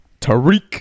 Tariq